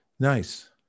Nice